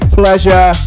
pleasure